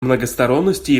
многосторонности